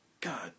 God